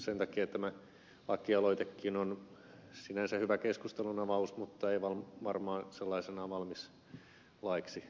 sen takia tämä lakialoitekin on sinänsä hyvä keskustelunavaus mutta ei varmaan sellaisenaan valmis laiksi